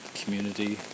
community